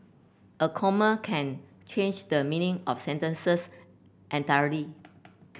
a comma can change the meaning of sentences entirely